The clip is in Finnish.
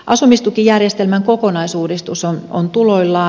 asumistukijärjestelmän kokonaisuudistus on tuloillaan